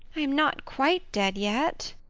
i am not quite dead yet.